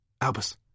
Albus